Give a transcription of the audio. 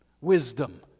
wisdom